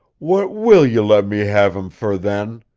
what will you let me have him fer, then?